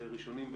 ראשונים,